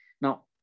Now